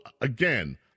again